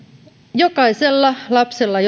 jokaisella lapsella